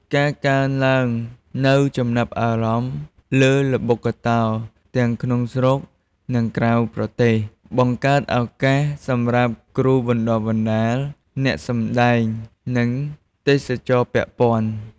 ការកើនឡើងនូវចំណាប់អារម្មណ៍លើល្បុក្កតោ ទាំងក្នុងស្រុក និងក្រៅប្រទេស បង្កើតឱកាសសម្រាប់គ្រូបណ្តុះបណ្តាល អ្នកសម្តែង និងទេសចរណ៍ពាក់ព័ន្ធ។